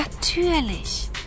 natürlich